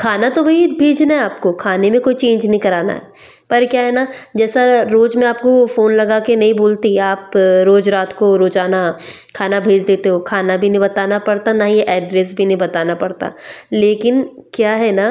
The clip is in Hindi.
खाना तो वही भेजना है आपको खाने में कोई चेंज नहीं कराना पर क्या है न जैसा रोज मैं आपको फोन लगा कर नहीं बोलती आप रोज रात को रोजाना खाना भेज देते हो खाना भी नहीं बताना पड़ता ना ही एड्रेस भी नहीं बताना पड़ता लेकिन क्या है न